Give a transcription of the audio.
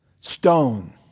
stone